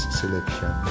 selection